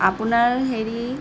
আপোনাৰ হেৰি